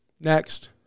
Next